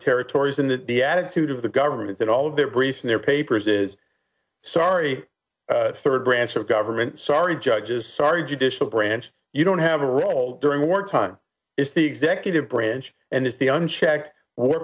territories in that the attitude of the government in all of their briefs and their papers is sorry third branch of government sorry judges sorry judicial branch you don't have a role during wartime is the executive branch and if the unchecked w